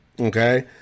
okay